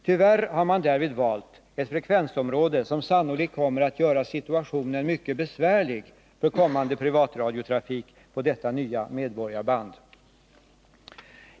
Tyvärr har man därvid valt ett frekvensområde som sannolikt kommer att göra situationen mycket besvärlig för kommande privatradiotrafik på detta nya medborgarband.